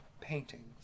paintings